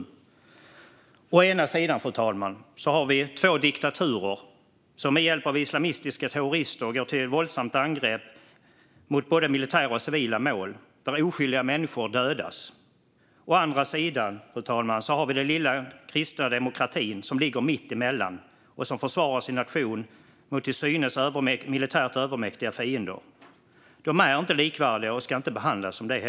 Vi har å ena sidan, fru talman, två diktaturer som med hjälp av islamistiska terrorister går till våldsamt angrepp mot både militära och civila mål där oskyldiga människor dödas. Å andra sidan har vi, fru talman, den lilla kristna demokratin som ligger mitt emellan och som försvarar sin nation mot till synes militärt övermäktiga fiender. De är inte likvärdiga och ska heller inte behandlas som det.